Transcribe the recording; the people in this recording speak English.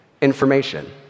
information